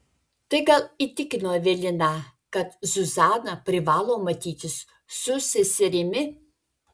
tai gal įtikino eveliną kad zuzana privalo matytis su seserimi